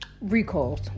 Recalls